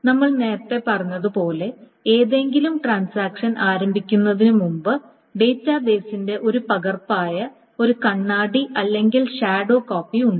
നമ്മൾ നേരത്തെ പറഞ്ഞതുപോലെ ഏതെങ്കിലും ട്രാൻസാക്ഷൻ ആരംഭിക്കുന്നതിന് മുമ്പ് ഡാറ്റാബേസിന്റെ ഒരു പകർപ്പായ ഒരു കണ്ണാടി അല്ലെങ്കിൽ ഷാഡോ കോപ്പി ഉണ്ട്